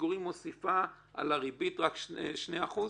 הפיגורים מוסיפה על הריבית רק 2%?